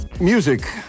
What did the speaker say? Music